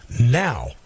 now